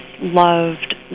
loved